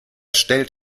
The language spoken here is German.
stellt